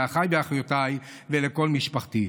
לאחיי ואחיותיי ולכל משפחתי.